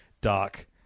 dark